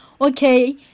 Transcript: Okay